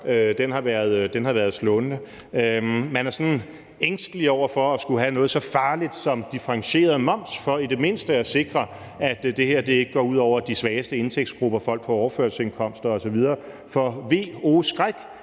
gøre, har været slående. Man er sådan ængstelig over for at skulle have noget så farligt som differentieret moms for i det mindste at sikre, at det her ikke går ud over de svageste indtægtsgrupper, folk på overførselsindkomster osv., for oh